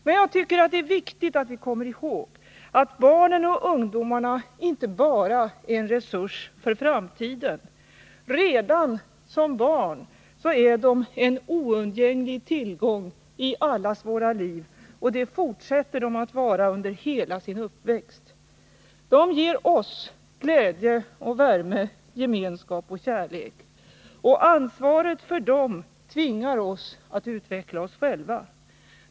Men jag tycker att det är viktigt att vi kommer ihåg att barnen och ungdomarna inte bara är en resurs för framtiden. Redan som barn är de en oundgänglig tillgång i allas våra liv, och det fortsätter de att vara under hela sin uppväxt. De ger oss glädje och värme, gemenskap och kärlek. Ansvaret för barnen tvingar oss att utveckla oss själva.